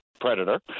predator